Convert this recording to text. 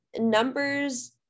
numbers